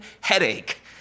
headache